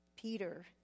Peter